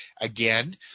again